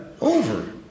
over